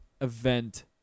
event